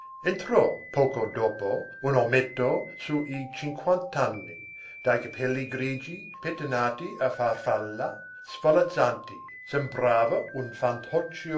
entrò poco dopo un ometto su i cinquant'anni dai capelli grigi pettinati a farfalla svolazzanti sembrava un